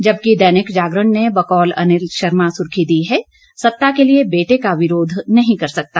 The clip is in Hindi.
जबकि दैनिक जागरण ने बकौल अनिल शर्मा सुर्खी दी है सत्ता के लिए बेटे का विरोध नहीं कर सकता